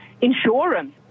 Insurance